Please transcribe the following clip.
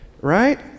right